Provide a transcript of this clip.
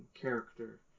character